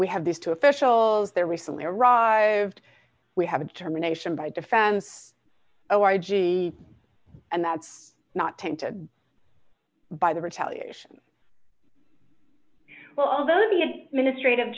we have these two officials there recently arrived we have a determination by defense oh i g and that's not tempted by the retaliation well although the ministry of